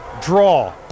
draw